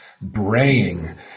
braying